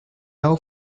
now